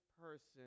person